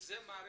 לכן